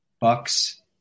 Bucks